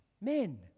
men